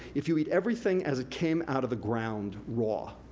if you east everything as it came out of the ground raw,